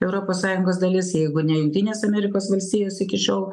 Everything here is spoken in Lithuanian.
europos sąjungos dalis jeigu ne jungtinės amerikos valstijos iki šiol